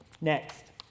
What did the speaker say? Next